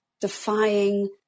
defying